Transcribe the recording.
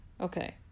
Okay